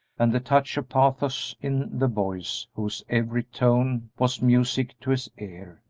and the touch of pathos in the voice whose every tone was music to his ear,